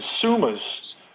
consumers